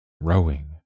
rowing